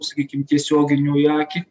sakykim tiesioginių į akį